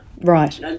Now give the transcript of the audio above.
right